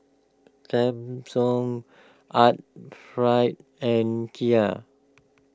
Samsung Art fried and Kia